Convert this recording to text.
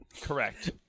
correct